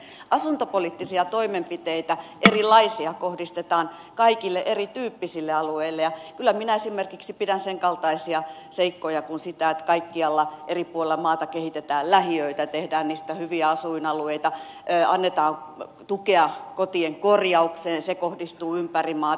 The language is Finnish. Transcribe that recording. erilaisia asuntopoliittisia toimenpiteitä kohdistetaan kaikille erityyppisille alueille esimerkiksi senkaltaisia seikkoja kuin se että kaikkialla eri puolilla maata kehitetään lähiöitä ja tehdään niistä hyviä asuinalueita annetaan tukea kotien korjaukseen se kohdistuu ympäri maata